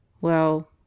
Well